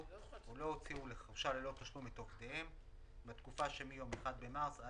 או לא הוציאו לחל"ת את עובדיהם בתקופה שמיום 1 במרס 2020